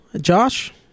Josh